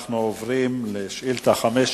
אנחנו עוברים לשאילתא מס'